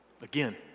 Again